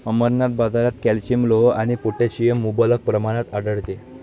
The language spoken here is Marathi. अमरनाथ, बाजारात कॅल्शियम, लोह आणि पोटॅशियम मुबलक प्रमाणात आढळते